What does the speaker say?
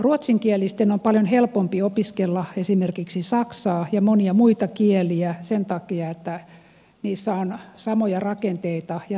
ruotsinkielisten on paljon helpompi opiskella esimerkiksi saksaa ja monia muita kieliä sen takia että niissä on samoja rakenteita ja sanoja